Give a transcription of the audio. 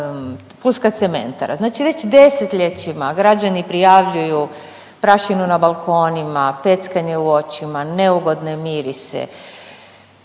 pulska cementara. Znači već desetljećima građani prijavljuju prašinu na balkonima, peckanje u očima, neugodne mirise